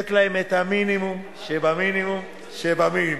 לתת להם את המינימום שבמינימום שבמינימום,